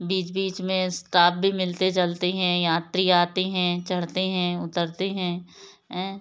बीच बीच में स्टाफ भी मिलते चलते हैं यात्री आते हैं चढ़ते हैं उतरते हैं